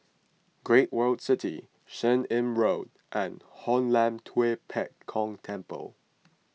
Great World City Seah Im Road and Hoon Lam Tua Pek Kong Temple